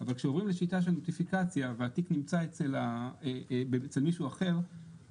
אבל כשעוברים לשיטת נוטיפיקציה והתיק נמצא אצל מישהו אחר,